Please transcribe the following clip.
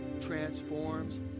transforms